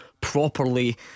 Properly